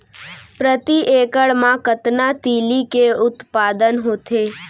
प्रति एकड़ मा कतना तिलि के उत्पादन होथे?